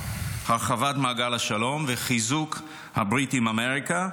הרחבת מעגל השלום וחיזוק הברית עם אמריקה,